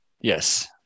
Yes